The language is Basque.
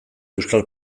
euskal